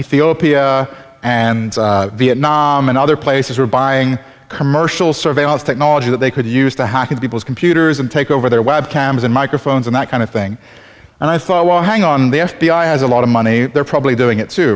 ethiopia and vietnam and other places were buying commercial surveillance technology that they could use to hack into people's computers and take over their web cams and microphones and that kind of thing and i thought well hang on the f b i has a lot of money they're probably doing it too